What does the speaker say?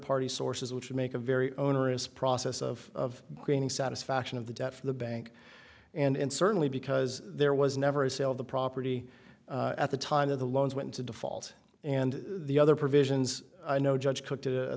party sources which would make a very onerous process of creating satisfaction of the debt for the bank and certainly because there was never a sale of the property at the time of the loans went to default and the other provisions i know judge cooked